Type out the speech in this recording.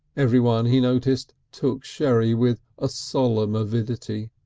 everyone, he noticed, took sherry with a solemn avidity,